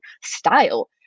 style